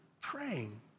praying